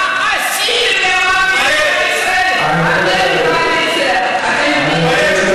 האנשים האלה חייבים לשרת במדינת ישראל.